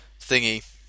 thingy